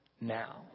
now